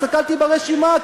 הסתכלתי ברשימה,